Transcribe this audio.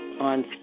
on